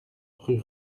rue